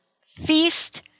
feast